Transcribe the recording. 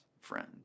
friend